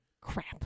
Crap